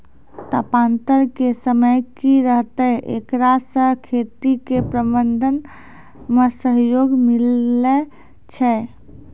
तापान्तर के समय की रहतै एकरा से खेती के प्रबंधन मे सहयोग मिलैय छैय?